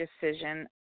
decision